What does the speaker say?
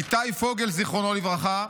איתי פוגל, זיכרונו לברכה,